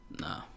Nah